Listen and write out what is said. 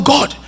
God